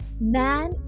Man